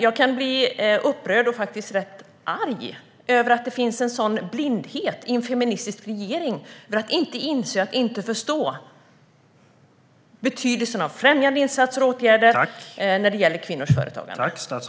Jag kan bli upprörd och faktiskt rätt arg över att det finns en sådan blindhet i en feministisk regering att man inte inser och inte förstår betydelsen av främjande insatser och åtgärder när det gäller kvinnors företagande.